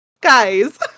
guys